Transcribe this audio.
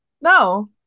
No